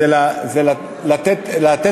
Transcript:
זה לבג"ץ.